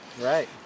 Right